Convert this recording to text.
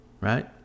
right